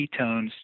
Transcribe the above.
ketones